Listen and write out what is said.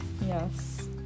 Yes